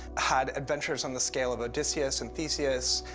had adventures on the scale of odysseus and theseus,